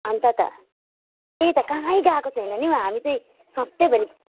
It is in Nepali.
अन्त त त्यही त कहीँ गएको छैन नि हौ हामी चाहिँ सधैँभरि